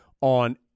on